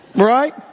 Right